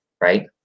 right